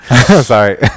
Sorry